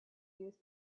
use